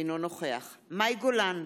אינו נוכח מאי גולן,